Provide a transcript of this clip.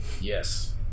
Yes